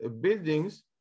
buildings